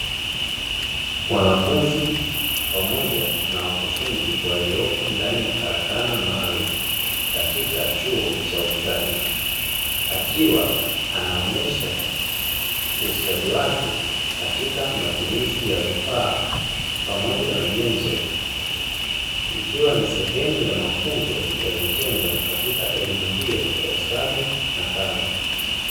Wanafunzi pamoja na wakufunzi walioko ndani ya kalakanda maalumu katika chuo cha ustadi akiwa anaonesha ustadi wake katika matumizi ya vifaa pamoja na nyenzo, ikiwa ni sehemu ya mafunzo ya vitendo katika elimu hio ya ustadi wa kazi.